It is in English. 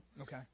okay